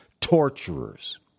torturers